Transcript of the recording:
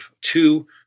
two